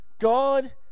God